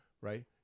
right